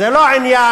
זה לא עניין